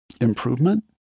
improvement